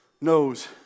knows